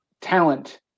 talent